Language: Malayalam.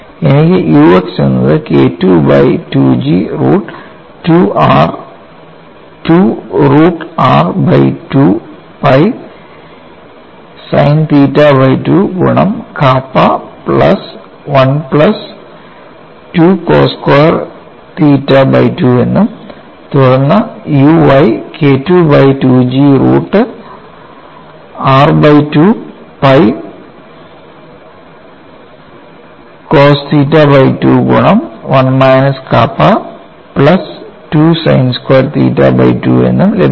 എനിക്ക് ux എന്നത് K II by 2 G root 2 root r by 2 pi sin theta by 2 ഗുണം kappa plus 1 plus 2 cos squared theta by 2 എന്നും തുടർന്ന് u y K II by 2 G root r by 2 pi cos theta by 2 ഗുണം 1 minus kappa plus 2 sine squared theta by 2 എന്നും ലഭിക്കും